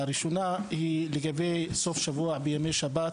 הראשונה היא לגבי סוף שבוע וימי שבת,